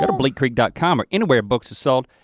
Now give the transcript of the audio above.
and bleakcreek dot com or anywhere books are sold.